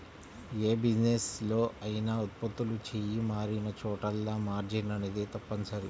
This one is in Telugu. యే బిజినెస్ లో అయినా ఉత్పత్తులు చెయ్యి మారినచోటల్లా మార్జిన్ అనేది తప్పనిసరి